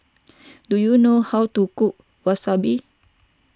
do you know how to cook Wasabi